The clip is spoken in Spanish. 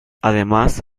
además